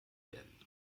werden